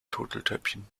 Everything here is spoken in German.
turteltäubchen